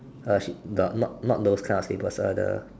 uh she the not not those kind of slippers ah the